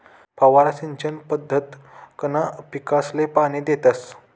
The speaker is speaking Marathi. फवारा सिंचन पद्धतकंन पीकसले पाणी देतस